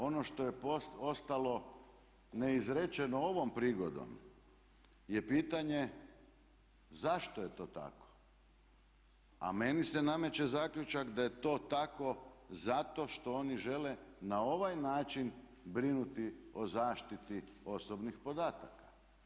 Ono što je ostalo ne izrečeno ovom prigodom je pitanje zašto je to tako a meni se nameće zaključak da je to tako zato što oni žele na ovaj način brinuti o zaštiti osobnih podataka.